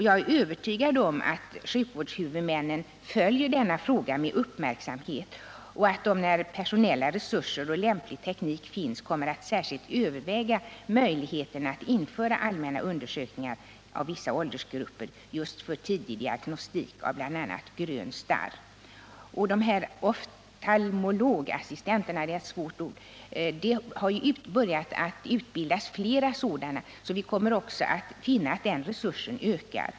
Jag är övertygad om att sjukvårdshuvudmännen följer denna fråga med uppmärksamhet och att de, när personella resurser och lämplig teknik finns, kommer att särskilt överväga möjligheterna att införa allmänna undersökningar av vissa åldersgrupper just för tidig diagnostik av bl.a. grön starr. Det har ju också börjat utbildas flera oftalmologassistenter, så vi kommer att finna att också den resursen ökar.